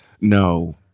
no